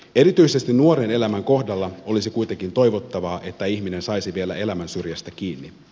erityisesti nuoren elämän kohdalla olisi kuitenkin toivottavaa että ihminen saisi vielä elämän syrjästä kiinni